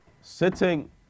sitting